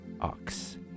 Ox